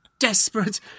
Desperate